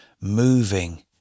moving